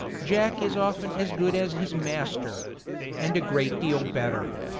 jack is often as good as his master and a great deal better.